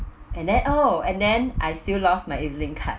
and then oh and then I still lost my ezlink card